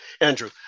Andrew